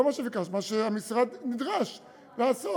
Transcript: לא מה שביקשת, מה שהמשרד נדרש לעשות.